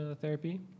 therapy